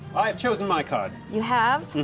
i have chosen my card. you have?